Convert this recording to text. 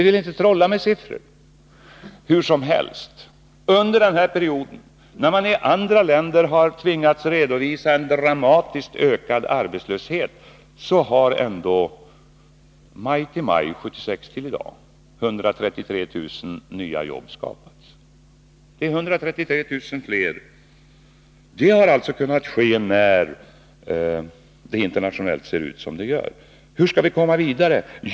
Det må vara hur som helst med den saken, men när man i andra länder under den här perioden har tvingats redovisa en dramatiskt ökad arbetslöshet, så har vi ändå här i landet under perioden maj 1976 till maj i år skapat 133 000 nya jobb. Detta har kunnat ske trots att det internationellt ser ut som det gör. Hur skall vi komma vidare?